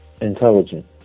intelligent